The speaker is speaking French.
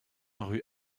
rue